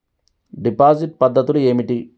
Deposit పద్ధతులు ఏమిటి?